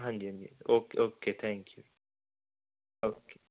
ਹਾਂਜੀ ਹਾਂਜੀ okay okay thank you ਜੀ ਓਕੇ